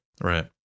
Right